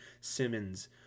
Simmons